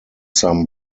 some